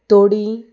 थोडीं